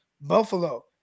Buffalo